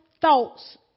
thoughts